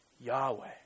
Yahweh